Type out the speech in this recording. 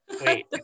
Wait